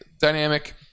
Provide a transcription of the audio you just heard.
dynamic